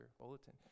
bulletin